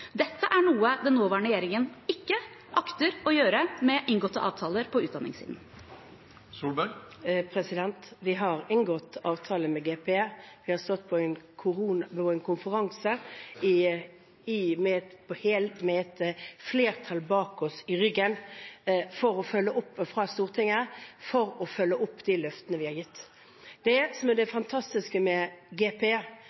Dette er noe den nåværende regjeringen ikke akter å gjøre med inngåtte avtaler på utdanningssiden. Vi har inngått avtale med GPE. Vi har vært på en konferanse med et flertall fra Stortinget i ryggen for å følge opp de løftene vi har gitt. Det som er det